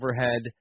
overhead